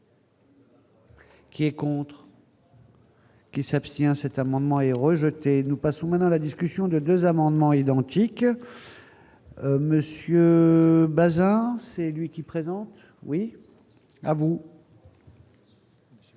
qui est pour. Qui s'abstient, cet amendement est rejeté, nous passons maintenant la discussion de 2 amendements identiques monsieur Baeza, c'est lui qui présente oui ah bon.